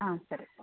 ಹಾಂ ಸರಿಯಪ್ಪ